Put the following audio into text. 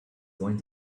going